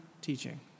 teaching